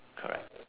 correct